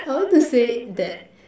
I want to say that